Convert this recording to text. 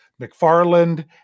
McFarland